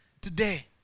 today